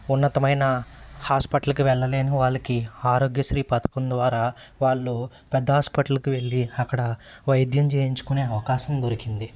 ఉన్నతమైన హాస్పిటల్కి వెళ్ళలేని వాళ్ళకి ఆరోగ్యశ్రీ పథకం ద్వారా వాళ్ళు పెద్ద హాస్పిటల్కి వెళ్ళి అక్కడ వైద్యం చేయించుకునే అవకాశం దొరికింది